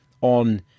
on